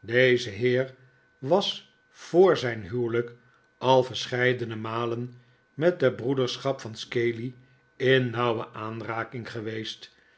deze heer was voor zijn huwelijk al verscheidehe malen met de broederschap van scaley in nauwe aanraking geweest